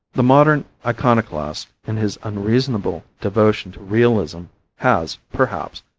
the modern iconoclast in his unreasonable devotion to realism has, perhaps,